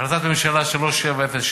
החלטת הממשלה 3707,